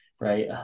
Right